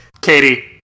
Katie